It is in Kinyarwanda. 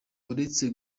uretse